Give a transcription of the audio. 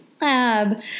lab